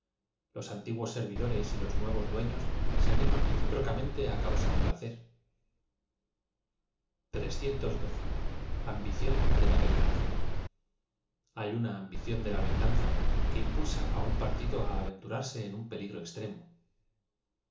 los antiguos servidores y los nuevos duefios se animan reciprocamente á causar placer b l a n ib ición de la venganga h ay una ambición de la venganza que impulsa á un partido á aveoturarse en un peligro extremo